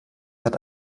hat